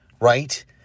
Right